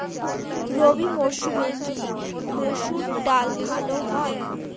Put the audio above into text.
রবি মরসুমে কি মসুর ডাল চাষ ভালো হয়?